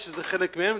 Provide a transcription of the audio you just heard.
בוודאי שזה חלק מהם,